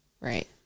Right